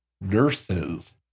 nurses